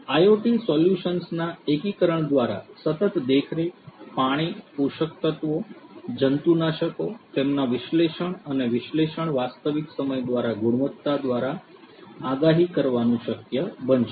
IoT સોલ્યુશન્સના એકીકરણ દ્વારા સતત દેખરેખ પાણી પોષક તત્ત્વો જંતુનાશકો તેમના વિશ્લેષણ અને વિશ્લેષણ વાસ્તવિક સમય દ્વારા ગુણવત્તા દ્વારા આગાહી કરવાનું શક્ય બનશે